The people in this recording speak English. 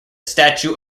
statue